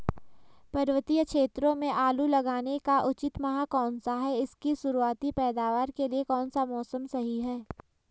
पर्वतीय क्षेत्रों में आलू लगाने का उचित माह कौन सा है इसकी शुरुआती पैदावार के लिए कौन सा मौसम सही है?